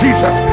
Jesus